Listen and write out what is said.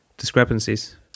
discrepancies